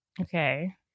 Okay